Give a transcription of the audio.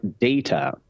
data